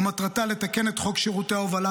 ומטרתה לתקן את חוק שירותי ההובלה,